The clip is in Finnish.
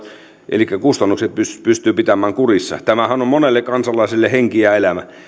elikkä kustannukset pystyy pystyy pitämään kurissa tämähän on on monelle kansalaiselle henki ja elämä